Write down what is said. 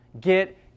Get